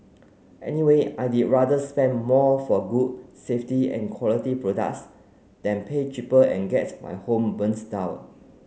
anyway I'd rather spend more for good safety and quality products than pay cheaper and get my home burns down